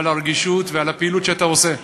ועל הרגישות, ועל הפעילות שאתה עושה,